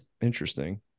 Interesting